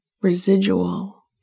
residual